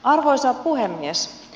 arvoisa puhemies